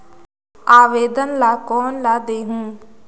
आवेदन ला कोन ला देहुं?